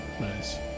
nice